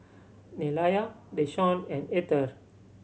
Nelia Deshaun and Etter